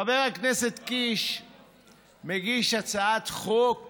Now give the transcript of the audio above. חבר הכנסת קיש מגיש הצעת חוק